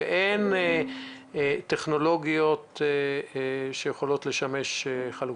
שאין טכנולוגיות שיכולות לשמש חלופה.